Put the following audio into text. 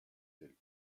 del